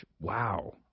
wow